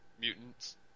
mutants